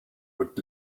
would